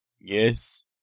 Yes